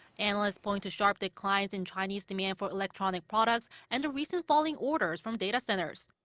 analysts point to sharp declines in chinese demand for electronic products and the recent falling orders from data centers.